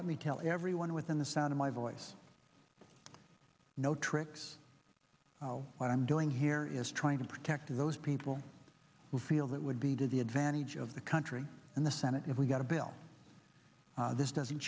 let me tell everyone within the sound of my voice no tricks what i'm doing here is trying to protect those people who feel that would be to the advantage of the country and the senate if we got a bill this doesn't